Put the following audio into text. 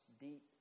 deep